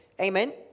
Amen